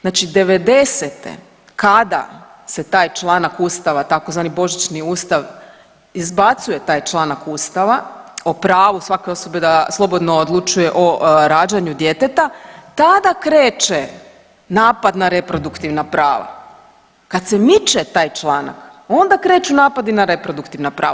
Znači devedesete kada se taj članak Ustava tzv. Božićni ustav izbacuje taj članak Ustava o pravu svake osobe da slobodno odlučuje o rađanju djeteta tada kreće napad na reproduktivna prava, kad se miče taj članak onda kreću napadi na reproduktivna prava.